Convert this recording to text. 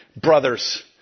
Brothers